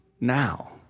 now